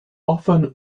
often